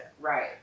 Right